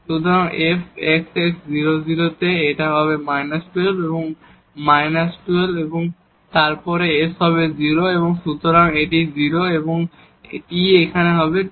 সুতরাং fx x 0 0 তে এটা হবে −12 এবং তারপর s হবে 0 সুতরাং এটি 0 এবং t এখানে এই t